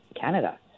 Canada